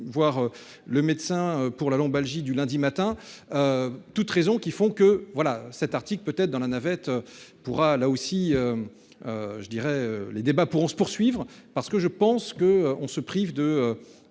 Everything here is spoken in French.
voir le médecin pour la lombalgie du lundi matin. Toutes raisons qui font que voilà cet article peut être dans la navette pourra là aussi. Je dirais les débats pourront se poursuivre parce que je pense que on se prive de